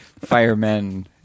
firemen